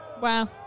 Wow